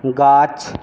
গাছ